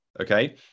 Okay